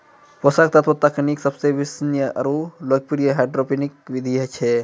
पोषक तत्व तकनीक सबसे विश्वसनीय आरु लोकप्रिय हाइड्रोपोनिक विधि छै